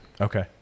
okay